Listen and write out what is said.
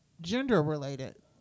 gender-related